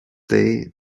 day